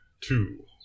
two